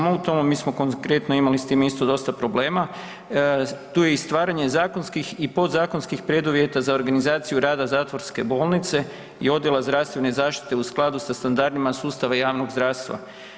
Mi smo konkretno imali s tim isto dosta problema, tu je stvaranje i zakonski i podzakonskih preduvjeta za organizaciju rada zatvorske bolnice i odjela zdravstvene zaštite u skladu sa standardima sustava javnog zdravstva.